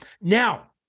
Now